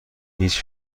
هیچ